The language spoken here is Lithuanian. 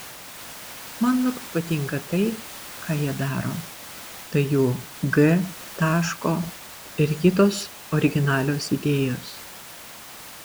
man labai patinka tai ką jie daro ta jų g taško ir kitos originalios idėjos